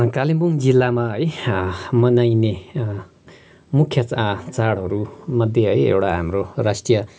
कालिम्पोङ जिल्लामा है मनाइने मुख्य चाडहरू मध्ये है एउटा हाम्रो राष्ट्रिय